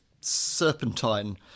serpentine